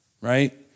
right